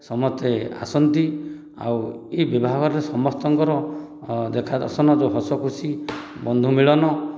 ସମସ୍ତେ ଆସନ୍ତି ଆଉ ଏହି ବିବାହଘରରେ ସମସ୍ତଙ୍କର ଦେଖା ଦର୍ଶନ ଯେଉଁ ହସଖୁସି ବନ୍ଧୁମିଳନ